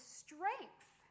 strength